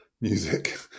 music